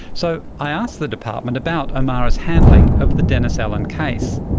so i asked the department about omara's handling of the dennis allan case.